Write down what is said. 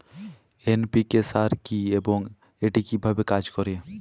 NPK সার কি এবং এটি কিভাবে কাজ করে?